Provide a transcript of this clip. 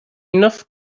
enough